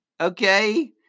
okay